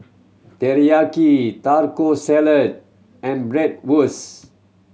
Teriyaki Taco Salad and Bratwurst